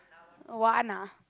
one ah